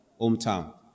hometown